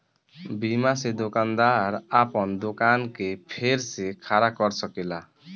बीमा से दोकानदार आपन दोकान के फेर से खड़ा कर सकेला